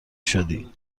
شدی